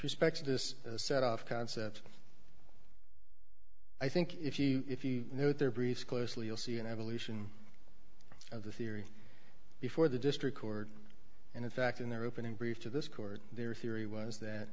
respect to this set off concept i think if you if you know their briefs closely you'll see an evolution of the theory before the district court and in fact in their opening brief to this court their theory was that